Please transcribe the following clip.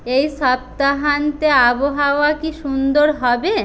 এই সপ্তাহান্তে আবহাওয়া কি সুন্দর হবে